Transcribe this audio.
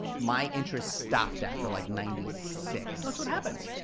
my interests stopped after like ninety six. that's what happens.